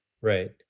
Right